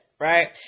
right